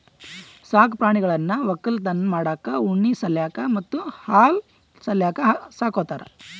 ಸಾಕ್ ಪ್ರಾಣಿಗಳನ್ನ್ ವಕ್ಕಲತನ್ ಮಾಡಕ್ಕ್ ಉಣ್ಣಿ ಸಲ್ಯಾಕ್ ಮತ್ತ್ ಹಾಲ್ ಸಲ್ಯಾಕ್ ಸಾಕೋತಾರ್